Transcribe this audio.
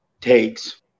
takes